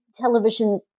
television